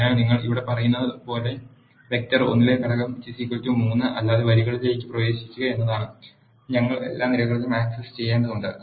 അതിനാൽ നിങ്ങൾ ഇവിടെ പറയുന്നത് വെക്റ്റർ 1 ലെ ഘടകം 3 അല്ലാത്ത വരികളിലേക്ക് പ്രവേശിക്കുക എന്നതാണ് ഞങ്ങൾ എല്ലാ നിരകളും ആക്സസ് ചെയ്യേണ്ടതുണ്ട്